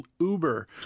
Uber